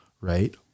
right